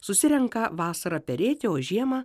susirenka vasarą perėti o žiemą